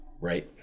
Right